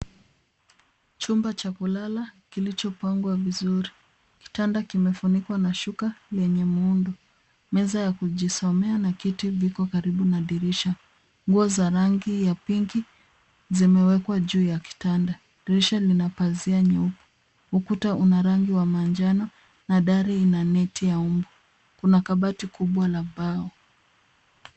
Chumba cha kulala kilichopangwa vizuri. Kitanda kimefunikwa na shuka lenye muundo. Meza ya kujisomea na kiti viko karibu na dirisha. Nguo za rangi ya pinki zimewekwa juu ya kitanda. Dirisha lina pazia nyeupe. Ukuta una rangi ya manjano na dari ina neti ya mbu. Kuna kabati kubwa la mbao.